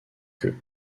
queue